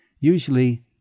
usually